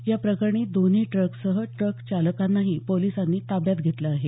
या प्रकरणी दोन्ही ट्रकसह ट्रकचालकांनाही पोलिसांनी ताब्यात घेतलं आहे